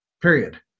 period